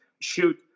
shoot